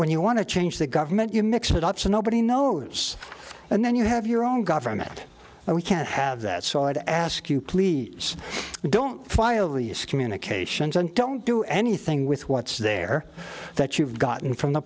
when you want to change the government you mix it up so nobody knows and then you have your own government and we can't have that so i ask you please don't file these communications and don't do anything with what's there that you've gotten from the